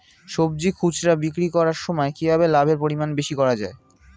সবজি খুচরা বিক্রি করার সময় কিভাবে লাভের পরিমাণ বেশি করা যায়?